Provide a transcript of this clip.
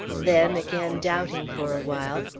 then again doubting for a while,